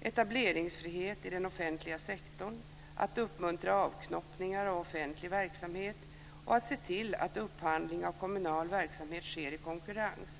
etableringsfrihet i den offentliga sektorn, att uppmuntra avknoppningar av offentlig verksamhet och att se till att upphandling av kommunal verksamhet sker i konkurrens.